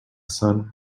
son